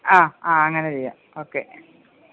ആ ആ അങ്ങനെ ചെയ്യാം ഓക്കെ